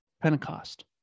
Pentecost